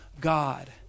God